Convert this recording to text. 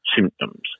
symptoms